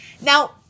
Now